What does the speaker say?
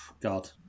God